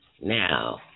Now